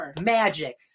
Magic